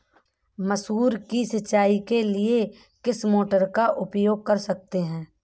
मसूर की सिंचाई के लिए किस मोटर का उपयोग कर सकते हैं?